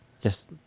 Yes